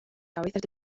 cabezas